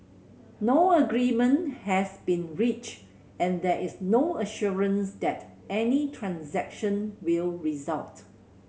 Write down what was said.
no agreement has been reached and there is no assurance that any transaction will result